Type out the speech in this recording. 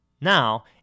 Now